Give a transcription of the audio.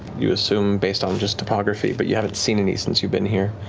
you assume based on just topography, but you haven't seen any since you've been here.